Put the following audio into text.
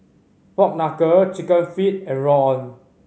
pork knuckle Chicken Feet and rawon